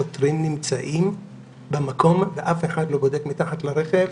השוטרים נמצאים במקום ואף אחד לא בודק מתחת לרכב.